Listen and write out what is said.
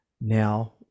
now